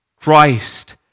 Christ